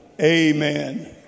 Amen